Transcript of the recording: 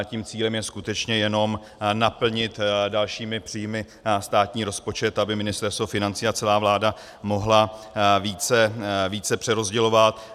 Tím cílem je skutečně jenom naplnit dalšími příjmy státní rozpočet, aby Ministerstvo financí a celá vláda mohly více přerozdělovat.